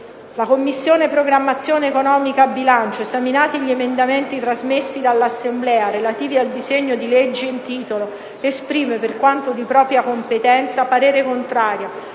«La Commissione programmazione economica, bilancio, esaminati gli emendamenti trasmessi dall'Assemblea, relativi al disegno di legge in titolo, esprime, per quanto di propria competenza, parere contrario,